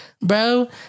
bro